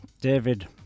David